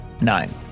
nine